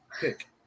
pick